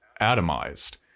atomized